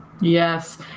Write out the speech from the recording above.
Yes